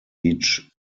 each